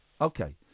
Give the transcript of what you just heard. Okay